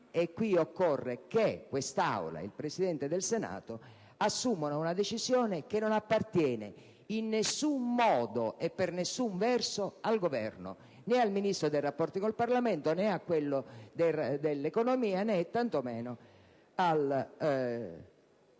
dunque occorre che quest'Aula e il Presidente del Senato assumano una decisione che non appartiene in nessun modo e per nessun verso al Governo, né al Ministro per i rapporti con il Parlamento, né a quello dell'economia e delle finanze,